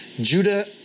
Judah